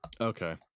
Okay